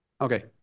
Okay